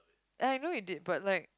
I know you did but like